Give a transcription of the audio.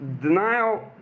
Denial